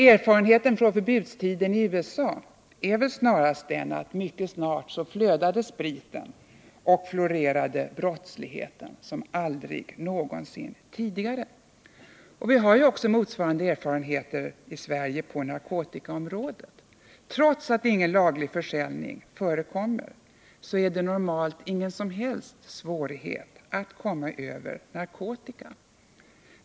Erfarenheterna från förbudstiden i USA är väl snarast att mycket snart flödade spriten och florerade brottsligheten som aldrig någonsin tidigare. Motsvarande erfarenheter har vi i Sverige på narkotikaområdet. Trots att ingen legal försäljning förekommer, är det normalt ingen som helst svårighet att komma över narkotika.